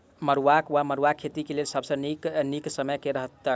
मरुआक वा मड़ुआ खेतीक लेल सब सऽ नीक समय केँ रहतैक?